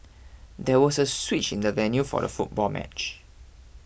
there was a switch in the venue for the football match